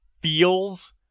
feels